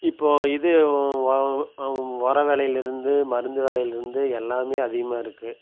இப்போது இது வ உரம் விலையிலிருந்து மருந்து விலையிலிருந்து எல்லாம் அதிகமாயிருக்கு